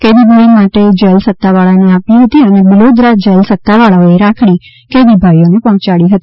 કેદીભાઈ માટે જેલ સત્તાવાળાને આપી હતી અને બિલોદરા જેલ સત્તાવાળાએ રાખડી કેદી ભાઈને પહોંચતી કરી હતી